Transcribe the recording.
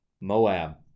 Moab